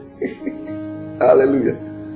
Hallelujah